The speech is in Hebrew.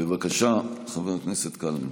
בבקשה, חבר הכנסת קלנר.